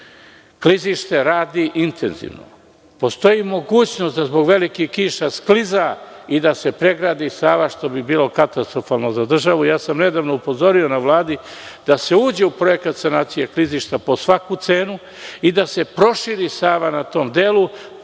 Klizište radi intenzivno. Postoji mogućnost da zbog velikih kiša skliza i da se pregradi Sava, što bi bilo katastrofalno za državu. Nedavno sam upozorio na Vladi da se uđe u projekat sanacije klizišta po svaku cenu i da se proširi Sava na tom delu,